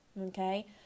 okay